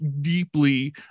deeply